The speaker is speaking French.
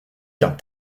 qu’un